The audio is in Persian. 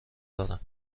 دارم